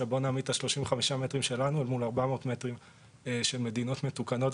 נעמיד את 35 מטרים שלנו מול 400 מטרים של מדינות מתוקנות.